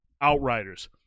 Outriders